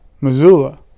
Missoula